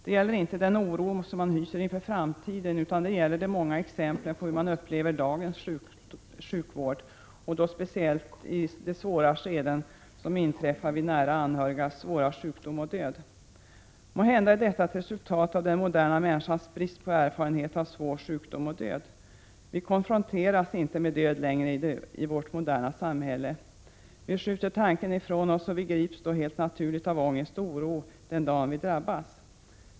Det gäller inte den oro som man hyser inför framtiden, utan det gäller de många exemplen på hur man upplever dagens sjukvård, och då speciellt i de svåra skeden som inträffar vid nära anhörigs svåra sjukdom och död. Måhända är detta ett resultat av den moderna människans brist på erfarenhet av svår sjukdom och död. Vi konfronteras inte längre med döden i vårt moderna samhälle. Vi skjuter tanken ifrån oss, och vi grips då helt naturligt av ångest och oro den dag vi drabbas.